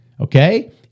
okay